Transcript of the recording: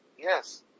Yes